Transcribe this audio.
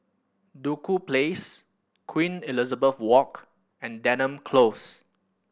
Duku Place Queen Elizabeth Walk and Denham Close